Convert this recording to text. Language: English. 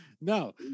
No